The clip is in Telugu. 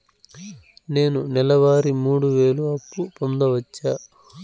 నేను నెల వారి మూడు వేలు అప్పు పొందవచ్చా?